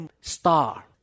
star